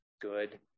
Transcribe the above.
good